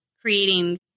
creating